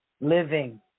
living